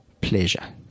pleasure